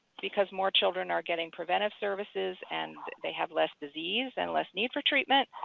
because more children are getting preventive services and they have less disease and less need for treatment,